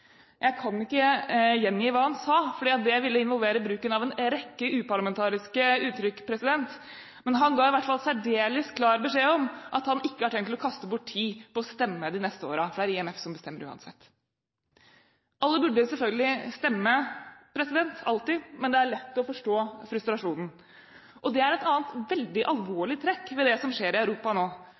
Jeg kan ikke gjengi hva han sa, for det ville involvere bruken av en rekke uparlamentariske uttrykk, president. Men han ga i hvert fall særdeles klar beskjed om at han ikke har tenkt å kaste bort tid på å stemme de neste årene, for det er IMF som bestemmer uansett. Alle burde selvfølgelig stemme, alltid, men det er lett å forstå frustrasjonen. Og det er et annet veldig alvorlig trekk ved det som skjer i Europa nå.